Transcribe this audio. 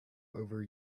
over